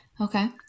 Okay